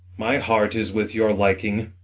my heart is with your liking.